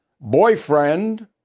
boyfriend